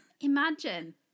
imagine